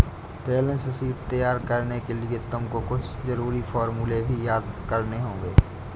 balance sheet तैयार करने के लिए तुमको कुछ जरूरी फॉर्मूले भी याद करने होंगे